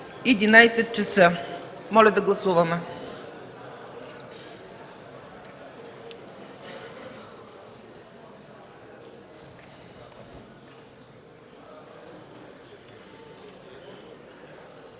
в зала. Моля да гласуваме.